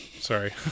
sorry